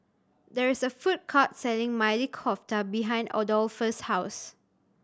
there is a food court selling Maili Kofta behind Adolphus' house